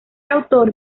autor